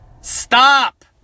stop